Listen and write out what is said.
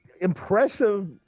impressive